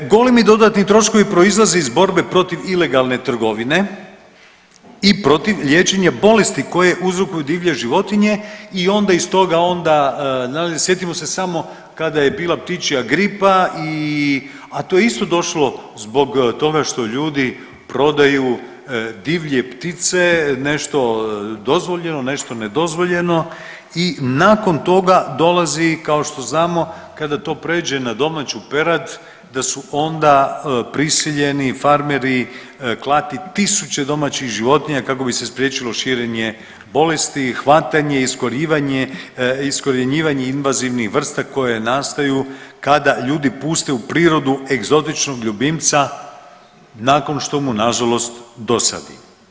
Golemi dodatni troškovi proizlaze iz borbe protiv ilegalne trgovine i protiv liječenja bolesti koje uzrokuju divlje životinje i onda iz toga onda, sjetimo se samo kada je bila ptičja gripa i, a to je isto došlo zbog toga što ljudi prodaju divlje ptice, nešto dozvoljeno, nešto nedozvoljeno i nakon toga dolazi, kao što znamo, kada to pređe na domaću perad, da su onda prisiljeni farmeri klati tisuće domaćih životinja kako bi se spriječilo širenje bolesti, hvatanje, iskorjenjivanje invazivnih vrsta koje nastaju kada ljudi puste u prirodu egzotičnog ljubimca nakon što mu nažalost dosadi.